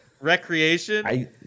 recreation